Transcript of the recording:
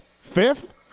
fifth